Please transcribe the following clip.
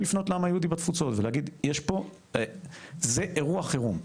לפנות לעם היהודי בתפוצות ולהגיד: זה אירוע חירום.